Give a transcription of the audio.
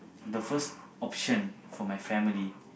the first option for my family